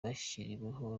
bashyiriweho